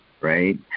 right